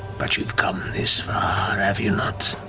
but you've come this far, have you not?